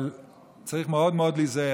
אבל צריך מאוד מאוד להיזהר.